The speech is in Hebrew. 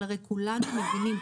אבל הרי כולנו מבינים,